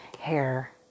hair